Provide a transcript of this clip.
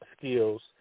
Skills